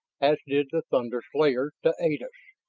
as did the thunder slayer, to aid us.